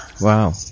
wow